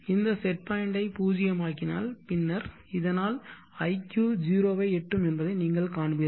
இந்த செட் பாயிண்டை பூஜ்ஜியமாக்கினால் பின்னர் இதனால் iq 0 ஐ எட்டும் என்பதை நீங்கள் காண்பீர்கள்